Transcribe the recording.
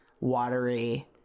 watery